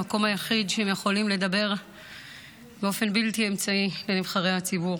המקום היחיד שבו הן יכולות לדבר באופן בלתי אמצעי עם נבחרי הציבור.